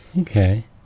okay